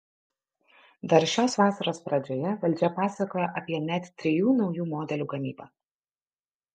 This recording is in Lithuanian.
dar šios vasaros pradžioje valdžia pasakojo apie net trijų naujų modelių gamybą